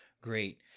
great